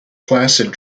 placid